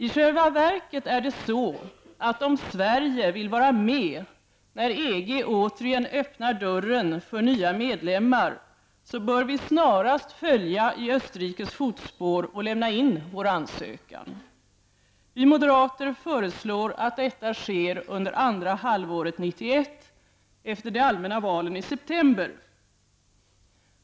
I själva verket är det så att om Sverige vill vara med när EG återigen öppnar dörren för nya medlemmar så bör vi snarast följa i Österrikes fotspår och lämna in vår ansökan. Vi moderater föreslår att detta sker under andra halvåret 1991 efter de allmänna valen i september.